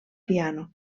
piano